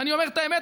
ואני אומר את האמת.